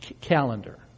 calendar